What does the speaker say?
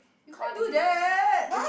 you can't do that